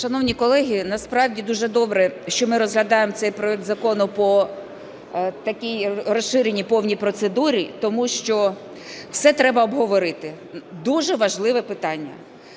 Шановні колеги, насправді дуже добре, що ми розглядаємо цей проект закону по такій розширеній повній процедурі, тому що все треба обговорити. Дуже важливе питання.